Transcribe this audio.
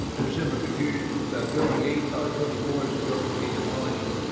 kind of similar confusion. building eight on twenty four is a building to be demolished.